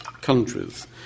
countries